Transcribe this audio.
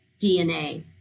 DNA